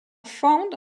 found